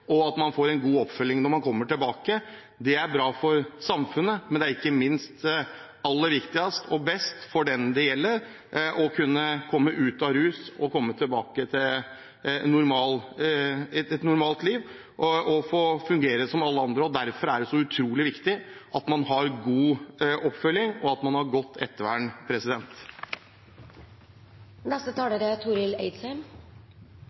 bra for samfunnet, men det er aller viktigst for dem det gjelder – at de kan komme seg ut av rusen og tilbake til et normalt liv og fungere som alle andre. Derfor er det så utrolig viktig med god oppfølging og godt ettervern. Eg vil takke for debatten, og eg vil få takke komiteen for arbeidet vi har